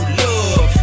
love